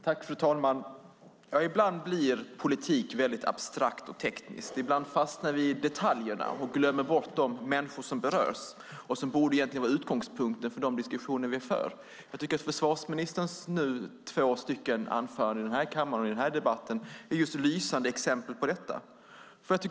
Fru talman! Ibland blir politik väldigt abstrakt och tekniskt. Ibland fastnar vi i detaljerna och glömmer bort de människor som berörs och som egentligen borde vara utgångspunkten för de diskussioner vi för. Jag tycker att försvarsministerns hittills två inlägg i den här debatten är lysande exempel på detta.